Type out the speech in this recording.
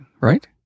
Right